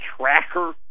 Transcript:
tracker